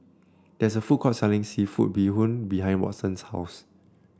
there is a food court selling seafood Bee Hoon behind Watson's house